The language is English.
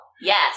yes